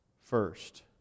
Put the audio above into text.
first